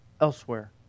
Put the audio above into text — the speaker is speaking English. elsewhere